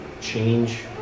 change